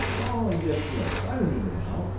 oh! yes, yes, i remember now.